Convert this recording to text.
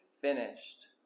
finished